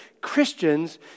Christians